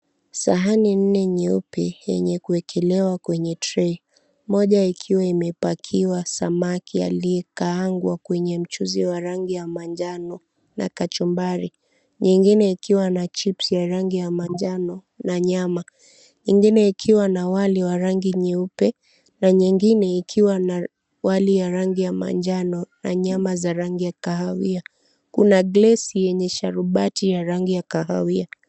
Sahani nne nyeupe yenye kuwekelewa kwenye trey . Moja ikiwa imepakiwa samaki aliyekaangwa kwenye mchuzi wa rangi ya manjano na kachumbari. Nyingine ikiwa na chips ya rangi ya manjano na nyama. Nyingine ikiwa na wali wa rangi nyeupe na nyingine ikiwa na wali ya rangi ya manjano na nyama za rangi ya kahawia. Kuna glasi yenye sharubati ya rangi ya kahawia.